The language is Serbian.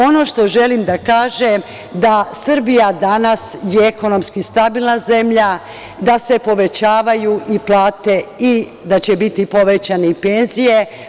Ono što želim da kažem da je Srbija danas ekonomski stabilna zemlja, da se povećavaju i plate i da će biti povećane i penzije.